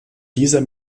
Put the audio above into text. dieser